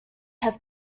have